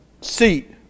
seat